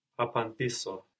Apantiso